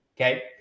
Okay